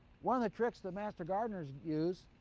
one of the tricks that master gardeners use